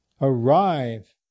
arrive